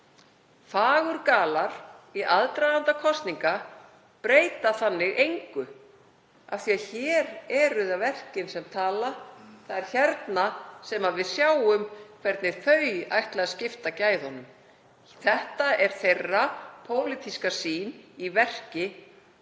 Fagurgalar í aðdraganda kosninga breyta engu af því að hér eru það verkin sem tala. Það er hérna sem við sjáum hvernig flokkarnir ætla að skipta gæðunum. Þetta er þeirra pólitíska sýn í verki.